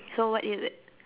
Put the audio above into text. so what is it